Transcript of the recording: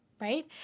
right